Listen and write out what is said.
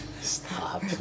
Stop